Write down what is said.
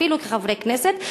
אפילו כחברי כנסת,